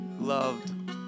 loved